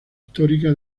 histórica